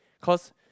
cause